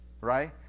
right